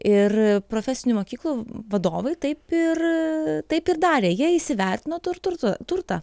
ir profesinių mokyklų vadovai taip ir taip ir darė jie įsivertino tur turto turtą